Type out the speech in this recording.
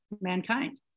mankind